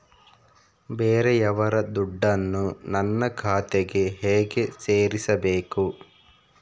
ಬೇರೆಯವರ ದುಡ್ಡನ್ನು ನನ್ನ ಖಾತೆಗೆ ಹೇಗೆ ಸೇರಿಸಬೇಕು?